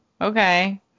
okay